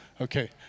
Okay